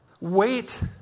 Wait